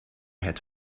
het